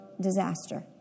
disaster